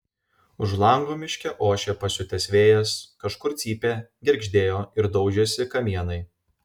už lango miške ošė pasiutęs vėjas kažkur cypė girgždėjo ir daužėsi kamienai